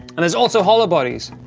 and there's also hollow bodies,